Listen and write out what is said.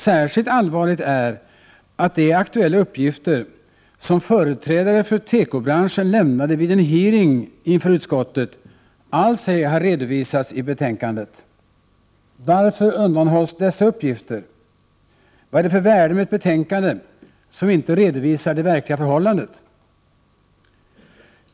Särskilt allvarligt är att de aktuella uppgifter som företrädare för tekobranschen lämnade vid en utfrågning inför utskottet inte har redovisats alls i betänkandet. Varför undanhålls dessa uppgifter? Vad är det för värde med ett betänkande som inte redovisar det verkliga förhållandet?